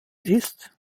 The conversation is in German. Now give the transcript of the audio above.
ist